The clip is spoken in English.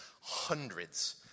hundreds